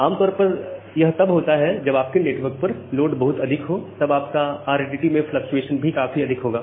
आमतौर पर यह तब होता है जब आपके नेटवर्क पर लोड बहुत अधिक हो तब आपका RTT में फ्लकचुएशन भी काफी अधिक होगा